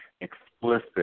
explicit